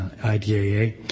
IDAA